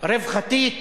רווחתית,